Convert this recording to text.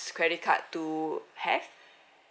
credit card to have